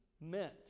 meant